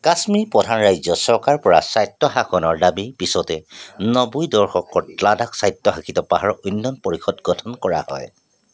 কাশ্মীৰী প্ৰধান ৰাজ্য চৰকাৰৰ পৰা স্বায়ত্তশাসনৰ দাবীৰ পিছতে নব্বৈৰ দৰ্শকত লাডাখ স্বায়ত্তশাসিত পাহাৰ উন্নয়ন পৰিষদ গঠন কৰা হয়